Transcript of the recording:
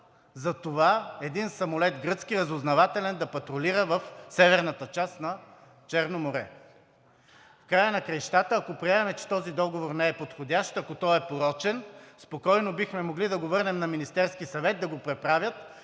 за това един гръцки разузнавателен самолет да патрулира в северната част на Черно море. В края на краищата, ако приемем, че този договор не е подходящ, ако той е порочен, спокойно бихме могли да го върнем на Министерския съвет, да го преправят,